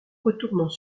retournant